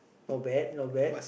not bad not bad